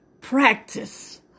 practice